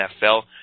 NFL